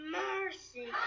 mercy